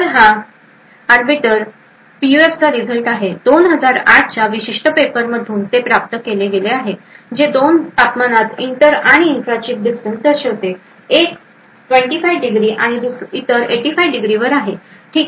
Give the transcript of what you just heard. तर हा एक आर्बिटर्स पीयूएफचा रिझल्ट आहे 2008 च्या या विशिष्ट पेपरमधून ते प्राप्त केले गेले आहे जे दोन तापमानात इंटर आणि इंट्रा चिप डिस्टन्स दर्शवते एक 25 ° आणि इतर 85 ° वर आहे